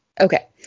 Okay